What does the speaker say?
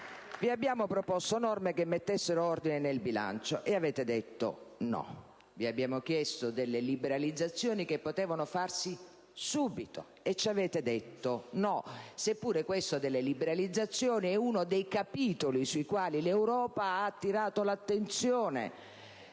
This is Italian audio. Vi abbiamo proposto norme che mettessero ordine nel bilancio. E avete detto no. Vi abbiamo chiesto delle liberalizzazioni che potevano farsi subito. E ci avete detto no seppure questo delle liberalizzazioni sia uno dei capitoli sui quali l'Europa ha attirato l'attenzione